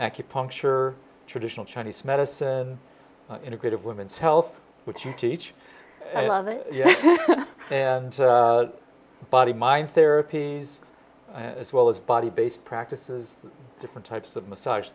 cupuncture traditional chinese medicine integrative women's health which you teach and love it body mind therapies as well as body based practices different types of massage